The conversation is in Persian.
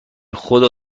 خدا